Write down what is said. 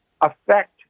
affect